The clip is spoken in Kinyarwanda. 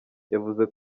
yavuze